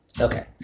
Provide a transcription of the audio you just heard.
Okay